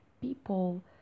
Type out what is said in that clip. people